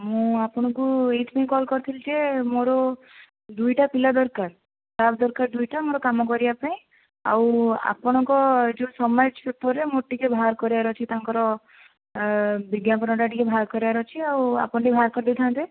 ମୁଁ ଆପଣଙ୍କୁ ଏହିଥିପାଇଁ କଲ୍ କରିଥିଲି ଯେ ମୋର ଦୁଇଟା ପିଲା ଦରକାର ଗାର୍ଡ଼ ଦରକାର ଦୁଇଟା ମୋର କାମ କରିବା ପାଇଁ ଆଉ ଆପଣଙ୍କ ଏହି ଯେଉଁ ସମାଜ ପେପର୍ରେ ମୋର ଟିକିଏ ବାହାର କରିବାର ଅଛି ତାଙ୍କର ବିଜ୍ଞାପନାଟା ଟିକିଏ ବାହାର କରିବାର ଅଛି ଆଉ ଆପଣ ଟିକିଏ ବାହାର କରିଦେଇଥାନ୍ତେ